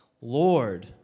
Lord